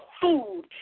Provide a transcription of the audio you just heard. food